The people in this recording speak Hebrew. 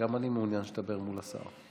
גם אני מעוניין שתדבר מול השר.